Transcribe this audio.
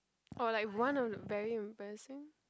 or like one of the very embarrassing